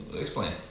Explain